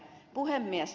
puhemies